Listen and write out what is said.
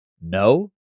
no